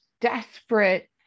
desperate